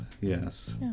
Yes